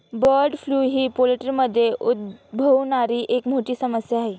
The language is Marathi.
बर्ड फ्लू ही पोल्ट्रीमध्ये उद्भवणारी एक मोठी समस्या आहे